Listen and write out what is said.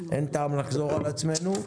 אין טעם לחזור על עצמנו.